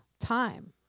time